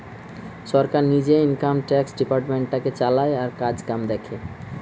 সরকার নিজে income tax ডিপার্টমেন্টটাকে চালায় আর কাজকাম দেখে